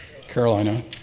Carolina